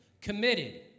committed